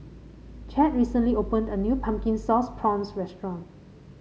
Chadd recently opened a new Pumpkin Sauce Prawns restaurant